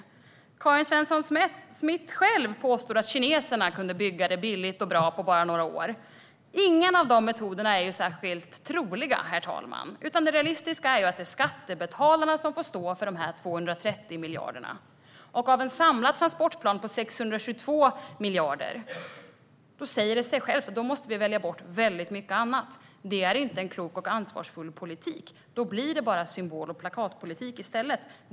Karin Svensson Smith själv påstod att kineserna kunde bygga det billigt och bra på bara några år. Det är inte särskilt troligt att det blir någon av de metoderna, herr talman. Det realistiska är att det är skattebetalarna som får stå för de 230 miljarderna. Med en samlad transportplan på 622 miljarder säger det sig självt att vi då måste välja bort väldigt mycket annat. Det är inte en klok och ansvarsfull politik. Det blir i stället bara symbol och plakatpolitik.